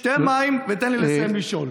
שתה מים ותן לי לסיים לשאול.